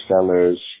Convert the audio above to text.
Sellers